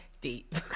deep